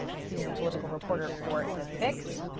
senior political reporter for the fix.